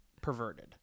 perverted